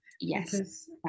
yes